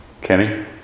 Kenny